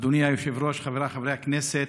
אדוני היושב-ראש, חבריי חברי הכנסת,